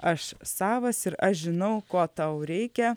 aš savas ir aš žinau ko tau reikia